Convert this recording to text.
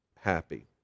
happy